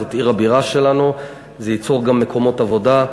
זאת עיר הבירה שלנו, וזה ייצור גם מקומות עבודה.